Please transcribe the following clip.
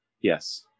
yes